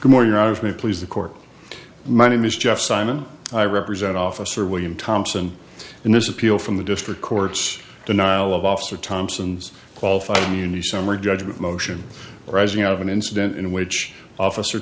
morning of me please the court my name is jeff simon i represent officer william thompson in this appeal from the district court's denial of officer thompson's qualified immunity summary judgment motion arising out of an incident in which officer